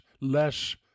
Less